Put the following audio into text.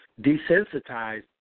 desensitized